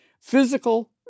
physical